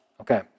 Okay